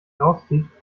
herauszieht